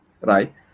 right